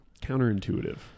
counterintuitive